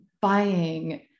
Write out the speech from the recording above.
buying